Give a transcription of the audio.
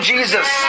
Jesus